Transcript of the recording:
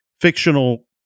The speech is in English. fictional